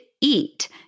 eat